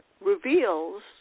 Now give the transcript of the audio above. reveals